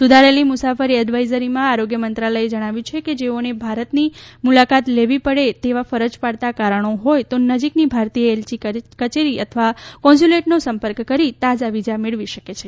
સુધારેલી મુસાફર એડવાઇઝરીમાં આરોગ્યમંત્રાલયે જણાવ્યું છે કે જેઓને ભારતની મુલાકાત લેવી પડે તેવા ફરજ પાડતા કારણો હોય તો નજીકની ભારતીય એલચી કચેરી અથવા કોન્સ્યુલેટનો સંપર્ક કરી તાજા વિઝા મેળવી શકે છે